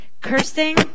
cursing